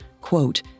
quote